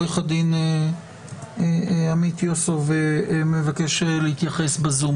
עורך הדין עמית יוסוב מבקש להתייחס בזום